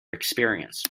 experience